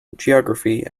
geography